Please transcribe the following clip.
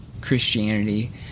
Christianity